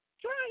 try